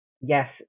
yes